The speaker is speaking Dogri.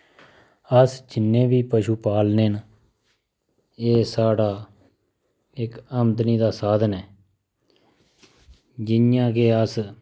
अस जिन्ने बी पशु पालने न एह् साढ़ा इक औंदनी दा साधन ऐ